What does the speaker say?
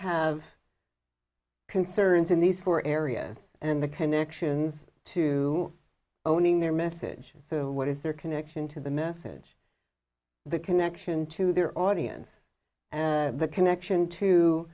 have concerns in these four areas and the connections to owning their message so what is their connection to the message the connection to their audience the connection to